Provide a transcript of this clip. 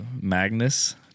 Magnus